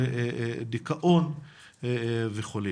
של דיכאון וכו',